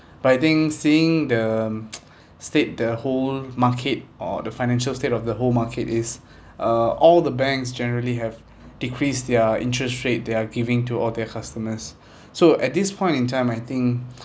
but I think seeing the state the whole market or the financial state of the whole market is uh all the banks generally have decreased their interest rate they are giving to all their customers so at this point in time I think